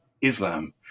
Islam